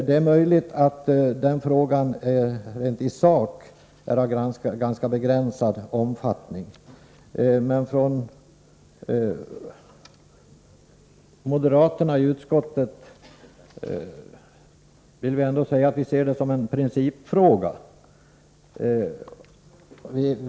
Det är möjligt att denna fråga rent sakligt är av ganska begränsad omfattning, men vi moderater i utskottet vill ändå säga att vi ser det som en principfråga.